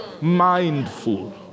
mindful